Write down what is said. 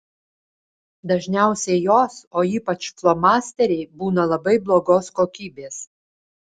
dažniausiai jos o ypač flomasteriai būna labai blogos kokybės